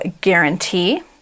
guarantee